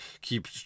keep